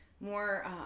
more